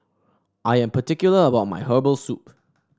I am particular about my Herbal Soup